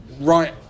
right